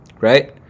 Right